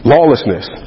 Lawlessness